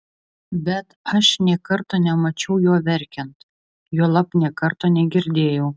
bet aš nė karto nemačiau jo verkiant juolab nė karto negirdėjau